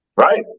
Right